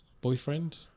boyfriend